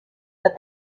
but